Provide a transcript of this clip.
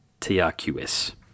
TRQS